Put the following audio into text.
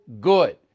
good